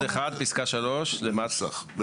פסקה 3. אפשר להגיד את מספר העמוד?